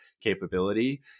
capability